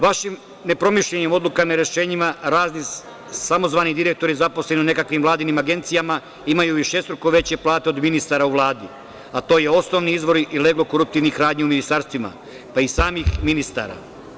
Vašim nepromišljenim odlukama i rešenjima razni samozvani direktori, zaposleni u nekakvim vladinim agencijama, imaju višestruko veće plate od ministara u Vladi, a to je osnovni izvor i leglo koruptivnih radnji u ministarstvima, pa i samih ministara.